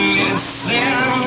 listen